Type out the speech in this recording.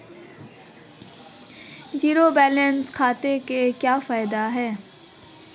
Zero balance खाते के क्या फायदे हैं?